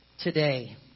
today